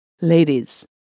Ladies